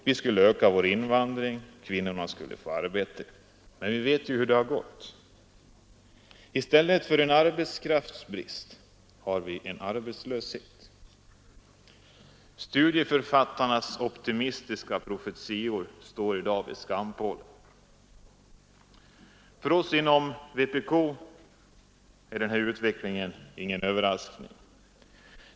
Vi skulle öka invandringen, kvinnorna skulle få arbete. Vi vet hur det har gått; i stället för en arbetskraftsbrist har vi fått en arbetslöshet. Studieförfattarnas optimistiska profetior står i dag vid skampålen. För oss inom vpk är denna utveckling ingen överraskning.